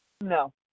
No